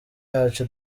yacu